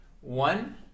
One